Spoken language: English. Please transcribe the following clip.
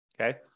Okay